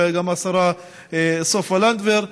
וגם של השרה סופה לנדבר,